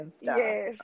yes